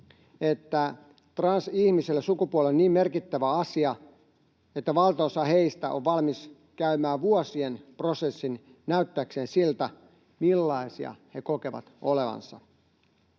että transihmiselle sukupuoli on niin merkittävä asia, että valtaosa heistä on valmis käymään vuosien prosessin näyttääkseen siltä, millaisia he kokevat olevansa.